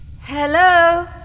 Hello